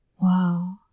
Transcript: Wow